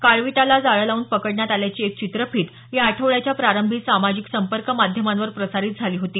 काळवीटाला जाळं लावून पकडण्यात आल्याची एक चित्रफीत या आठवड्याच्या प्रारंभी सामाजिक संपर्क माध्यमांवर प्रसारित झाली होती